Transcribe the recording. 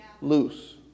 loose